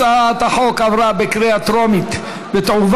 הצעת החוק עברה בקריאה טרומית ותועבר